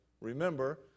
remember